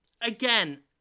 Again